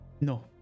no